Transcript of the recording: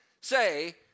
say